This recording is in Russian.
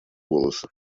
волосы